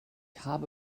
habe